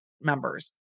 members